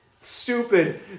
stupid